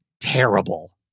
terrible